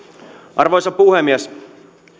arvoisa puhemies